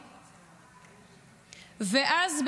ואז,